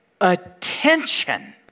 attention